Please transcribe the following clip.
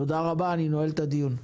תודה רבה, אני נועל את הדיון.